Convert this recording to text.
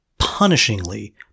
punishingly